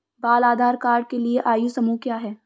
बाल आधार कार्ड के लिए आयु समूह क्या है?